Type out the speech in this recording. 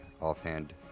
offhand